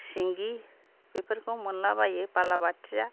सिंगि बेफोरखौ मोनला बायो बालाबाथिया